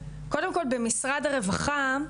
קודם כל במשרד הרווחה,